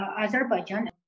Azerbaijan